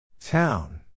Town